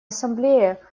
ассамблея